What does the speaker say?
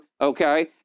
okay